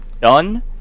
done